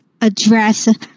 address